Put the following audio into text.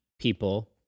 people